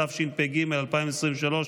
התשפ"ג 2023,